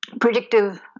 predictive